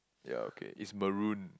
ya okay it's maroon